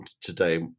today